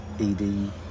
ED